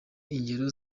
ingero